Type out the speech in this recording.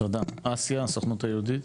תודה, אסיה ציירסקי הסוכנות היהודית.